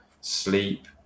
sleep